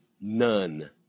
None